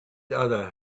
other